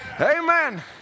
Amen